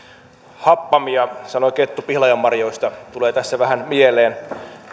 happamia sanoi kettu pihlajanmarjoista tulee tässä vähän mieleen